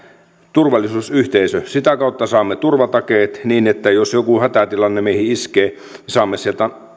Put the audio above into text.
turvallisuusyhteisö sitä kautta saamme turvatakeet niin että jos joku hätätilanne meihin iskee saamme sieltä